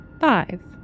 Five